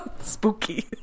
spooky